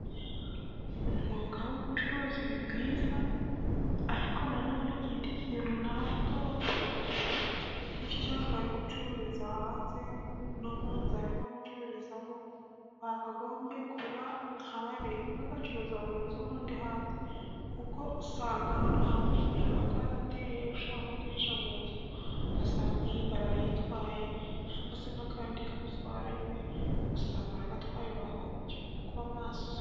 Umwuga w'ubucuruzi ni mwiza. Ariko nanone ikindi kintu navugaho, gutya bari gucururiza hanze no mu nzu arimo gucururizamo, bakagombye kuba nka babiri, umwe agacuruza mu nzu n'undi hanze. Kuko usanga hano hanze ubujura bwarateye ushobora no kwinjira mu nzu ugasanga nk'iyi baro barayitwaye cyangwa se n'akandi kantu baragatwaye ugasanga urahombye. Ni ukuba maso.